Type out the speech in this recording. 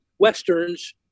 Westerns